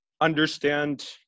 understand